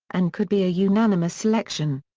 and could be a unanimous selection.